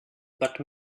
but